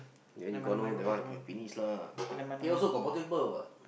then you got no that one is gonna finish lah he also got portable what